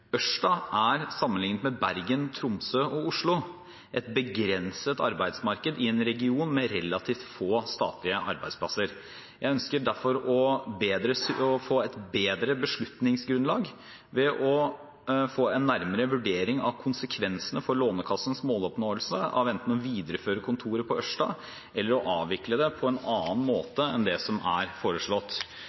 er – sammenlignet med Bergen, Tromsø og Oslo – et begrenset arbeidsmarked i en region med relativt få statlige arbeidsplasser. Jeg ønsker derfor å få et bedre beslutningsgrunnlag ved å få en nærmere vurdering av konsekvensene for Lånekassens måloppnåelse av enten å videreføre kontoret på Ørsta eller å avvikle det på en annen måte enn det som er foreslått.